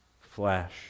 flesh